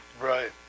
Right